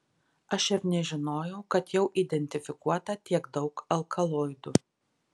aš ir nežinojau kad jau identifikuota tiek daug alkaloidų